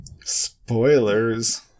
Spoilers